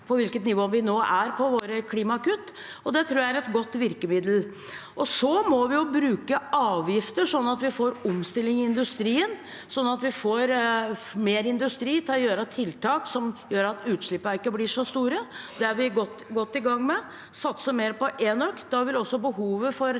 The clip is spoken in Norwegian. nivå vi nå er på våre klimakutt. Det tror jeg er et godt virkemiddel. Vi må også bruke avgifter sånn at vi får omstilling i industrien, så vi får mer industri til å gjøre tiltak som gjør at utslippene ikke blir så store. Det er vi godt i gang med. Vi satser mer på enøk, og da vil også behovet for